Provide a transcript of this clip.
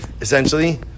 essentially